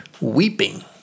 weeping